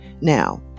Now